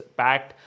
packed